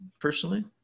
personally